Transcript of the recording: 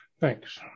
Thanks